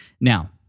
now